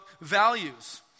values